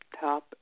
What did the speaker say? top